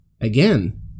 Again